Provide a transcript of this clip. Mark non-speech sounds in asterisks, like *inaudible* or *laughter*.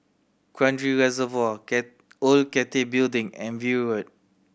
Kranji Reservoir *unintelligible* Old Cathay Building and View Road